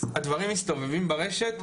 הדברים מסתובבים ברשת,